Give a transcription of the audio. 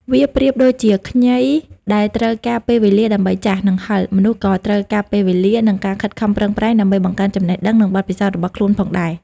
វាប្រៀបដូចជាខ្ញីដែលត្រូវការពេលវេលាដើម្បីចាស់ និងហឹរ មនុស្សក៏ត្រូវការពេលវេលា និងការខិតខំប្រឹងប្រែងដើម្បីបង្កើនចំណេះដឹង និងបទពិសោធន៍របស់ខ្លួនផងដែរ។